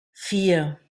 vier